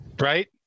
right